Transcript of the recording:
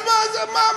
אז מה?